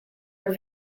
were